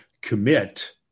commit